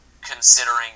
considering